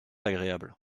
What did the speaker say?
agréable